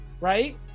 right